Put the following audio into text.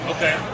Okay